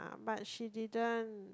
but she didn't